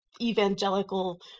evangelical